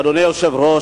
אדוני היושב-ראש,